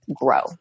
grow